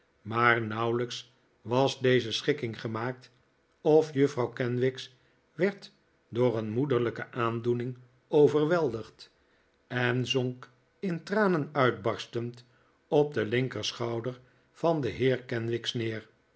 maar nauwelijks was deze schikking gemaakt of juffrouw kenwigs werd door een moederlijke aandoening overweldigd en zonk in tranen uitbarstend op den linkerschouder van den beer kenwigs